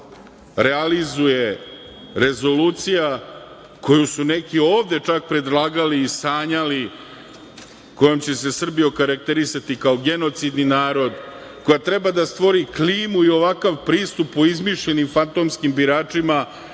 realizuje rezolucija koju su neki ovde čak predlagali i sanjali, kojom će se Srbi okarakterisati kao genocidni narod, koja treba da stvori klimu i ovakav pristup o izmišljenim fantomskim biračima,